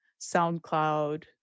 SoundCloud